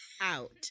out